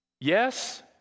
yes